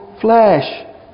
flesh